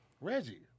Reggie